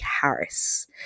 Harris